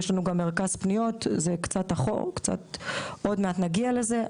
יש לנו גם מרכז פניות, ועוד מעט נגיע לזה.